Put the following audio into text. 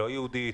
לא יהודית,